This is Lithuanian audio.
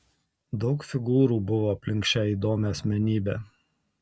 daug figūrų buvo aplink šią įdomią asmenybę